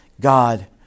God